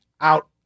out